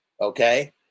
Okay